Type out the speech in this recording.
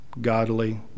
godly